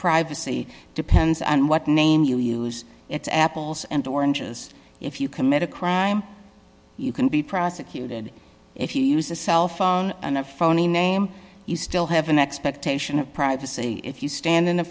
privacy depends on what name you use it's apples and oranges if you commit a crime you can be prosecuted if you use a cell phone and a phony name you still have an expectation of privacy if you stand in a